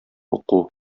уку